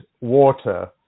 water